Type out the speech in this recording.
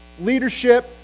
Leadership